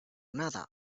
nada